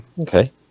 Okay